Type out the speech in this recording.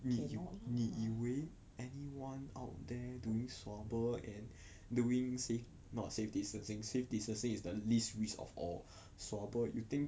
cannot lah